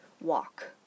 walk